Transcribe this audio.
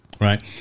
Right